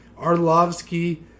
Arlovsky